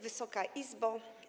Wysoka Izbo!